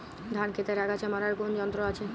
ধান ক্ষেতের আগাছা মারার কোন যন্ত্র আছে?